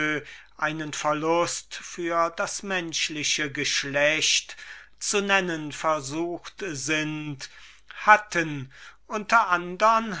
einen verlust für das menschliche geschlecht ansieht hatten unter andern